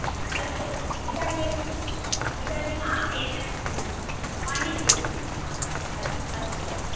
अस्तु इदानीम् इदानीम् अहं एतत् पोण्डिचेरि हा अस्तु अस्तु अस्तु